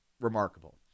remarkable